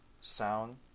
sound